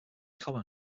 common